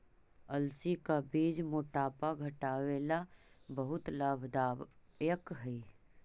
अलसी का बीज मोटापा घटावे ला बहुत लाभदायक हई